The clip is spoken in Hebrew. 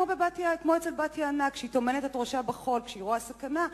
כמו אצל בת-יענה שטומנת את ראשה בחול כשהיא רואה סכנה,